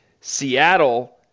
Seattle